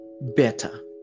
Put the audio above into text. better